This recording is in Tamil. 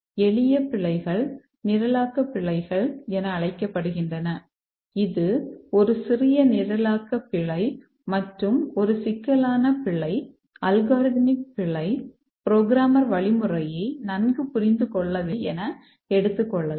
எளிய பிழைகள் நிரலாக்க பிழைகள் என அழைக்கப்படுகின்றன இது ஒரு சிறிய நிரலாக்க பிழை மற்றும் ஒரு சிக்கலான பிழை அல்காரிதமிக் பிழை புரோகிராமர் வழிமுறையை நன்கு புரிந்து கொள்ளவில்லை என எடுத்துக்கொள்ளலாம்